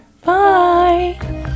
Bye